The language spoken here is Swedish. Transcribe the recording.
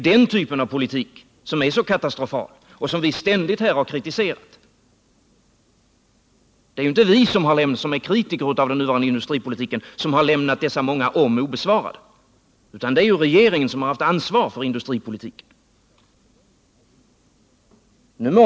Den typen av politik är katastrofal, och den § har vi ständigt här kritiserat. Det är ju inte vi som är kritiker av den nuvarande industripolitiken som har lämnat dessa många om obesvarade, utan det är regeringen som haft ansvaret för industripolitiken.